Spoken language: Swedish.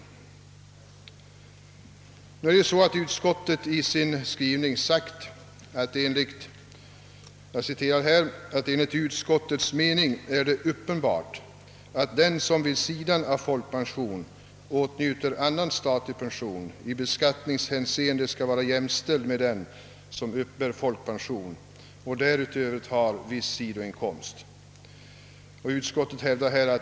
Utskottet skriver i sitt betänkande: »Enligt utskottets mening är det uppenbart, att den, som vid sidan av folkpensionen åtnjuter annan statlig pension, i beskattningshänseende skall vara jämställd med den, som uppbär folkpension och därutöver har viss sidoinkomst.